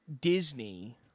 Disney